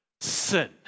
sin